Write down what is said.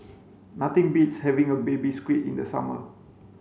nothing beats having a baby squid in the summer